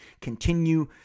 Continue